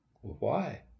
Why